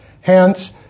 Hence